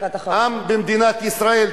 העם במדינת ישראל,